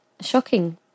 shocking